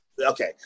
Okay